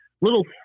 little